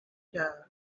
jug